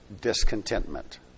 discontentment